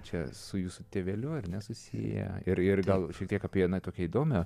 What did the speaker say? čia su jūsų tėveliu ar ne susiję ir ir gal šiek tiek apie tokią įdomią